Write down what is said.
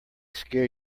scare